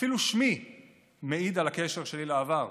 אפילו שמי מעיד על הקשר שלי לעבר.